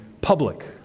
public